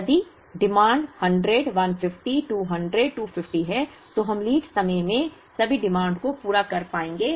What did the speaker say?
यदि डिमांड 100 150 200 250 है तो हम लीड समय में सभी डिमांड को पूरा कर पाएंगे